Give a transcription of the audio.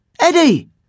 Eddie